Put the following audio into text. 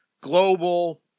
global